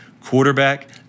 quarterback